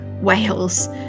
Wales